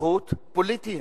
זכות פוליטיות.